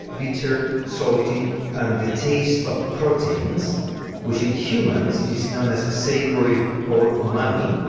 bitter, salty and the taste of proteins which in humans is known as savoury or umami,